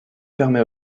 permet